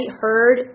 heard